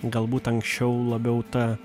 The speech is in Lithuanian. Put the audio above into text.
galbūt anksčiau labiau ta